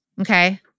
Okay